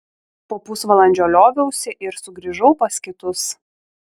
po pusvalandžio lioviausi ir sugrįžau pas kitus